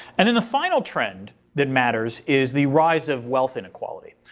and then the final trend that matters is the rise of wealth inequality.